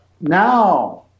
Now